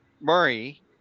Murray